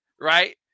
right